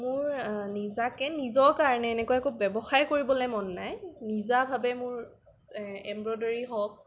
মোৰ নিজাকৈ নিজৰ কাৰণে এনেকুৱা একো ব্যৱসায় কৰিবলৈ মন নাই নিজাভাৱে মোৰ এমব্ৰয়ডাৰী হওঁক